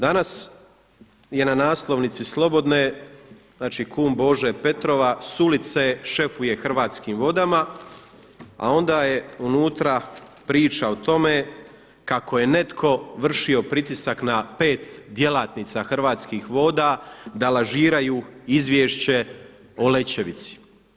Danas je na naslovnici Slobodne, znači kum Bože Petrova s ulice šefuje Hrvatskim vodama, a onda je unutra priča o tome kako je netko vršio pritisak na pet djelatnica Hrvatskih voda da lažiraju izvješće o Lećevici.